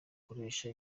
akoresha